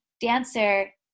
dancer